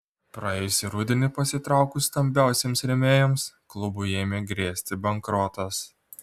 praėjusį rudenį pasitraukus stambiausiems rėmėjams klubui ėmė grėsti bankrotas